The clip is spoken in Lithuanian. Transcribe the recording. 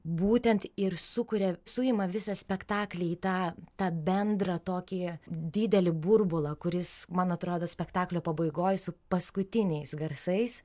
būtent ir sukuria suima visą spektaklį į tą tą bendrą tokį didelį burbulą kuris man atrodo spektaklio pabaigoj su paskutiniais garsais